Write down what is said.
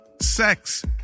sex